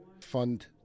fund